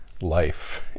life